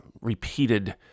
repeated